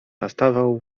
nastawał